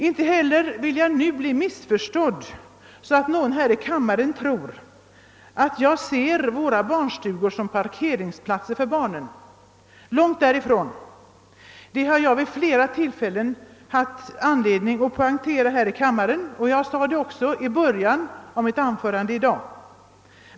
Jag hoppas att jag inte heller nu blir missförstådd, så att någon här i kammaren tror att jag ser barnstugorna som parkeringsplatser för barnen — långt därifrån. Det har jag vid flera tillfällen haft anledning att poängtera här i kammaren, och jag gjorde det också i början av mitt anförande i dag.